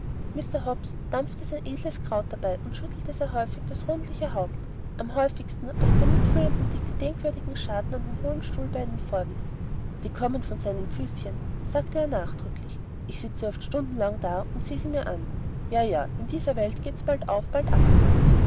mr hobbs dampfte sein edles kraut dabei und schüttelte sehr häufig das rundliche haupt am häufigsten als er dem mitfühlenden dick die denkwürdigen scharten an den hohen stuhlbeinen vorwies die kommen von seinen füßchen sagte er nachdrücklich ich sitze oft stundenlang da und seh mir sie an ja ja in dieser welt geht's bald auf bald ab mit uns